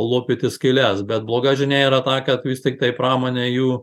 lopyti skyles bet bloga žinia yra ta kad vis tiktai pramonė jų